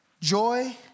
joy